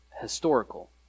historical